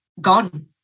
gone